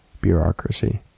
bureaucracy